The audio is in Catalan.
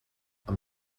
amb